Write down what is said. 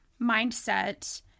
mindset